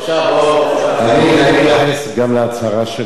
אני מתייחס גם להצהרה שלה פה, מעל הדוכן.